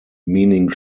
meaning